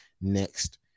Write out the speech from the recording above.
next